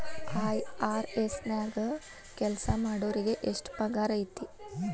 IRS ನ್ಯಾಗ್ ಕೆಲ್ಸಾಮಾಡೊರಿಗೆ ಎಷ್ಟ್ ಪಗಾರ್ ಐತಿ?